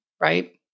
right